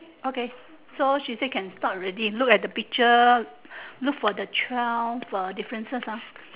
okay so she say can start already look at the picture look for the twelve uh differences ah